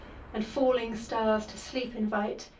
and falling stars to sleep invite,